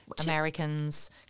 Americans